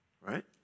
right